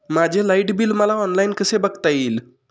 माझे light bill मला online कसे बघता येईल?